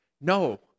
No